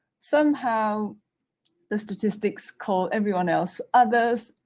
somehow the statistic so call everyone else others,